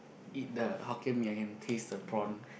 eat the Hokkien Mee I can taste the prawn